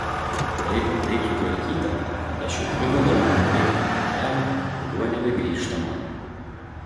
laiko taip sutvarkyta kad aš jau privalau užbaigti tą kelią kuriuo nebegrįžtama